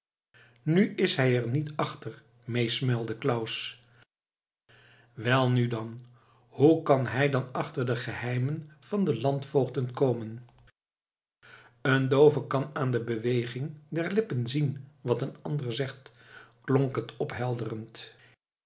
nu is hij er niet achter meesmuilde claus welnu dan hoe kan hij dan achter de geheimen van de landvoogden komen een doove kan aan de beweging der lippen zien wat een ander zegt klonk het ophelderend